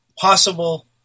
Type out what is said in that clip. possible